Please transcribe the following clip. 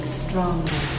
stronger